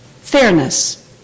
fairness